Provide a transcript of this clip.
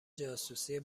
جاسوسی